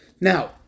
now